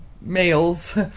males